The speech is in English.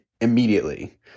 immediately